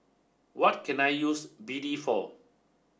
what can I use B D for